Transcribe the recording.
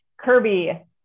Kirby